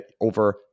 over